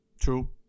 True